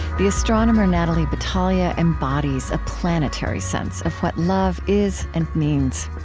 the astronomer natalie batalha embodies a planetary sense of what love is and means.